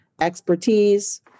expertise